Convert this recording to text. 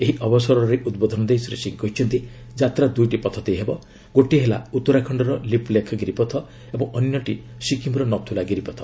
ଏହି ଅବସରରେ ଉଦ୍ବୋଧନ ଦେଇ ଶ୍ରୀ ସିଂ କହିଛନ୍ତି ଯାତ୍ରା ଦୁଇଟି ପଥ ଦେଇ ହେବ ଗୋଟିଏ ହେଲା ଉତ୍ତରାଖଣ୍ଡର ଲିପୁଲେଖ୍ ଗିରିପଥ ଓ ଅନ୍ୟଟି ସିକିମ୍ର ନଥ୍ରଲା ଗିରିପଥ